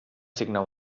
signar